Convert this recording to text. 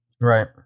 right